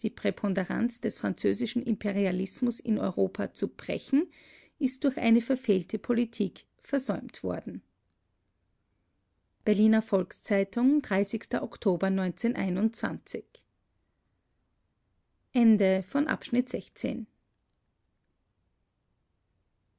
die präponderanz des französischen imperialismus in europa zu brechen ist durch eine verfehlte politik versäumt worden berliner volks-zeitung